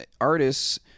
artists